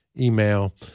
email